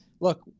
look